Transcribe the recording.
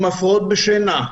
עם הפרעות שינה,